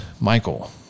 Michael